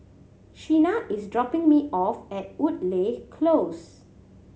Sheena is dropping me off at Woodleigh Close